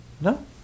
No